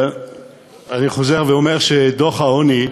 אני חוזר ואומר שדוח העוני,